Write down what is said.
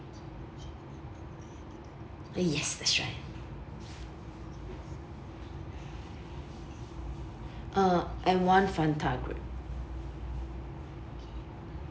yes that's right uh and one Fanta grape